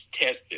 tested